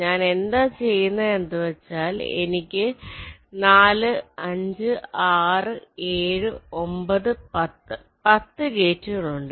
ഞാൻ എന്താ ചെയുന്നത് എന്ന് വച്ചാൽ എനിക്ക് 4 5 6 7 9 10 10 ഗേറ്റുകൾ ഉണ്ട്